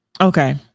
okay